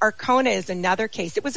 or cone is another case it was a